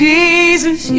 Jesus